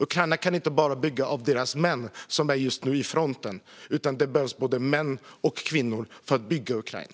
Ukraina kan inte bara byggas av de män som just nu är vid fronten, utan det behövs både män och kvinnor för att bygga Ukraina.